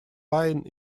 line